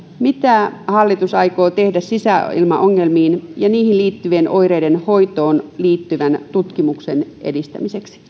mitä hallitus aikoo tehdä sisäilmaongelmiin ja niihin liittyvien oireiden hoitoon liittyvän tutkimuksen edistämiseksi